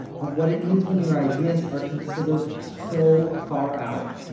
of what it means when your ideas are considered so far out,